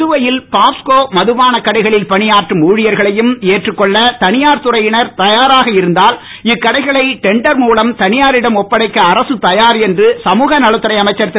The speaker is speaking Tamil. புதுவையில் பாப்ஸ்கோ மதுபானக் கடைகளில் பணியாற்றும் ஊழியர்களையும் ஏற்றுக்கொள்ள தனியார் துறையினர் தயாராக இருந்தால் இக்கடைகளை டெண்டர் மூலம் தனியாரிடம் ஒப்படைக்க அரசு தயார் என்று சமூகநலத்துறை அமைச்சர் திரு